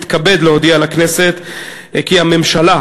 אני מתכבד להודיע לכנסת כי הממשלה